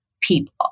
people